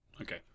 Okay